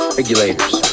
regulators